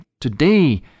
Today